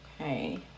Okay